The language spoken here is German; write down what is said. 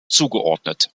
zugeordnet